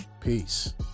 Peace